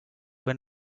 wenn